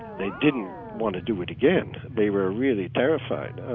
they didn't want to do it again. they were really terrified.